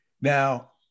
Now